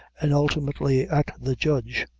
and ultimately at the judge,